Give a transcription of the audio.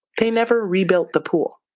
they never rebuilt the pool.